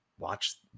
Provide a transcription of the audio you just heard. watch